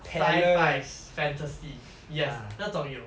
sci-fi fantasy yes 那种有